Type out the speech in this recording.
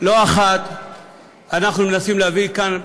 לא אחת אנחנו מנסים להביא תיקונים כאן,